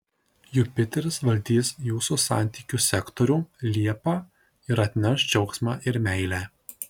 jupiteris valdys jūsų santykių sektorių liepą ir atneš džiaugsmą ir meilę